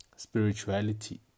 spirituality